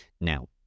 Now